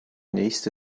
nächste